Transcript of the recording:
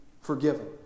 Forgiven